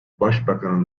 başbakanın